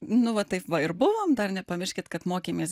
nu va taip va ir buvom dar nepamirškit kad mokėmės